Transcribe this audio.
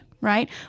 right